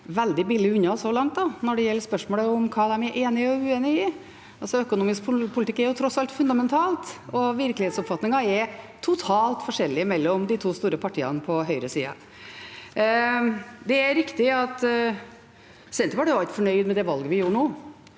veldig billig unna så langt når det gjelder spørsmålet om hva de er enig og uenig i. Økonomisk politikk er tross alt fundamental, og virkelighetsoppfatningen er totalt forskjellig mellom de to store partiene på høyresida. Det er riktig at Senterpartiet ikke er fornøyd med det valget vi gjorde nå.